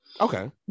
okay